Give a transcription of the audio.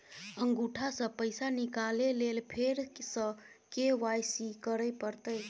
अंगूठा स पैसा निकाले लेल फेर स के.वाई.सी करै परतै?